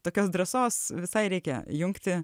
tokios drąsos visai reikia jungti